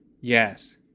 yes